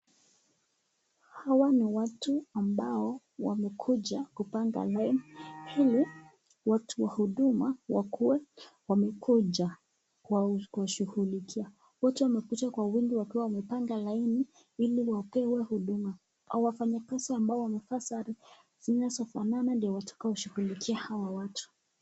Hawa ni watu ambao wamekuja kupanga laini ili watu wa huduma wakuwe wamekuja kwa kushughulikia. Watu wamekuja kwa wingi wakiwa wamepanga laini ili wapewe huduma na wafanayakazi ambao wamevaa sare zinazo fanana ndio watakao shughulikia hawa watu.